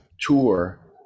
tour